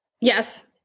Yes